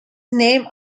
named